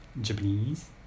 Japanese